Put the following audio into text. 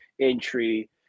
entry